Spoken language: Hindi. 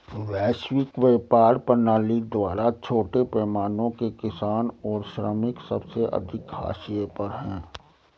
वैश्विक व्यापार प्रणाली द्वारा छोटे पैमाने के किसान और श्रमिक सबसे अधिक हाशिए पर हैं